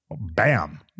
bam